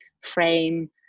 frame